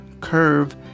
Curve